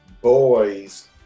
boys